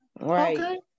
Right